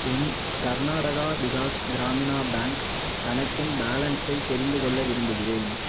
என் Karnataka Vikas Grameena Bank கணக்கின் பேலன்ஸை தெரிந்துகொள்ள விரும்புகிறேன்